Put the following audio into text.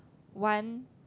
one